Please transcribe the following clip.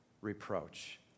reproach